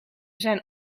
zijn